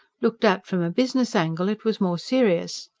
looked at from a business angle it was more serious.